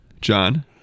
John